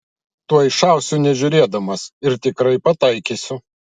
tuoj šausiu nežiūrėdamas ir tikrai pataikysiu